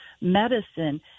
medicine